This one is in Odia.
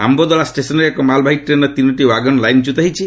ଆୟଦୋଳା ଷ୍ଟେସନ୍ରେ ଏକ ମାଲବାହି ଟ୍ରେନ୍ର ତିନୋଟି ୱାଗନ ଲାଇନ୍ଚ୍ୟୁତ ହୋଇଛି